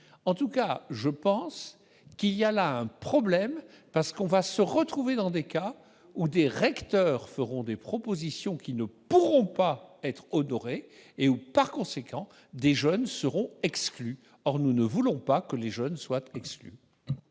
en tout cas je pense qu'il y a la problème parce qu'on va se retrouver dans des cas où des recteurs feront des propositions qui ne pourront pas être honoré et où par conséquent des jeunes seront exclus, or nous ne voulons pas que les jeunes soient exclus.